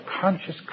conscious